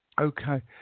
okay